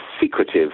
secretive